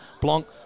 Blanc